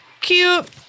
Cute